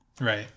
Right